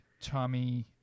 Tommy